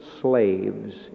slaves